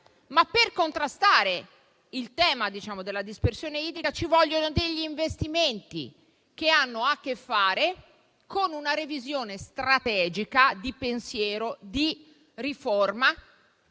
Ma, per contrastare il tema della dispersione idrica, ci vogliono degli investimenti che hanno a che fare con una revisione strategica di pensiero e con